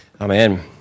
Amen